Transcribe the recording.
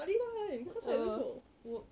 tak boleh tahan cause I always walk walk